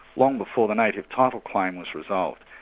long before the native title claim was resolved.